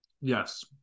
Yes